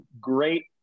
great